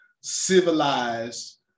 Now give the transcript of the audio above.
Civilized